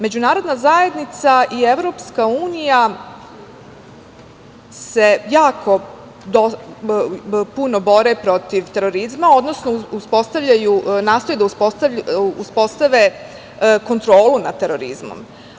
Međunarodna zajednica i EU se puno bore protiv terorizma, odnosno nastoje da uspostave kontrolu nad terorizmom.